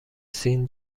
سین